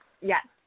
Yes